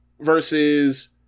versus